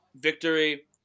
victory